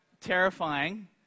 terrifying